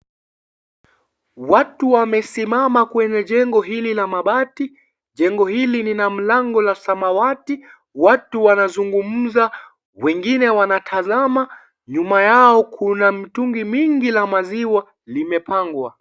Watu wamesimama kwenye jengo hili la mabati .Jengo hili, lina mlango la samawati. Watu wanazungumza. Wengine wanatazama. Nyuma yao kuna mtungi mingi la maziwa limepangwa.